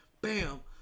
bam